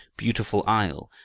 beautiful isle!